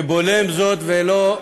שבולם זאת ולא,